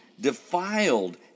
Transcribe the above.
defiled